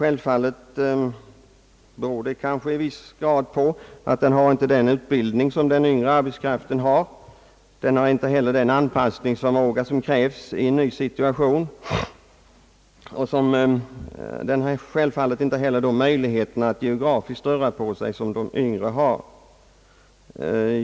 Detta beror kanske till viss grad på att denna inte har lika god utbildning som den yngre arbetskraften har. Den har inte heller den anpassningsförmåga som krävs i en ny situation. De äldre har självfallet inte heller samma möjlighet att geografiskt röra på sig som de yngre har.